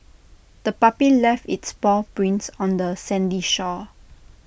the puppy left its paw prints on the sandy shore